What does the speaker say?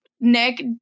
nick